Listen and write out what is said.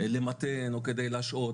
למתן או כדי להשעות.